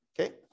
Okay